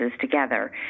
together